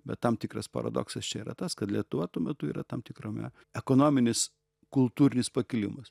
bet tam tikras paradoksas čia yra tas kad lietuva tuo metu yra tam tikrame ekonominis kultūrinis pakilimas